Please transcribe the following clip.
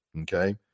Okay